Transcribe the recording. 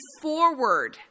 forward